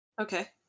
Okay